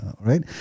right